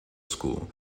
school